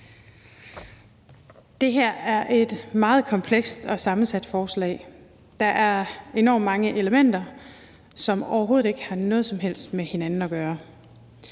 Det her er et meget komplekst og sammensat forslag. Der er enormt mange elementer, som overhovedet ikke har noget som helst med hinanden at gøre.